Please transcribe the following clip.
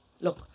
Look